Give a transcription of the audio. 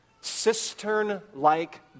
Cistern-like